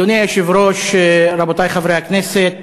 אדוני היושב-ראש, רבותי חברי הכנסת,